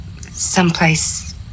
someplace